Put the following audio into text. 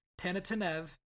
Tanatanev